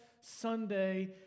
Sunday